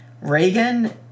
Reagan